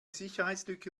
sicherheitslücke